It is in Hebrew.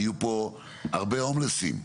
יהיו פה הרבה הומלסים,